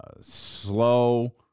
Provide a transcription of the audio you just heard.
slow